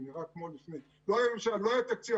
לא היה לנו תקציב.